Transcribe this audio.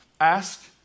ask